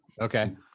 okay